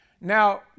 Now